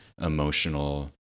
emotional